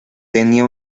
tenía